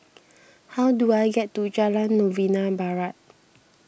how do I get to Jalan Novena Barat